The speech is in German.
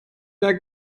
der